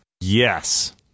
Yes